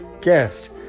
guest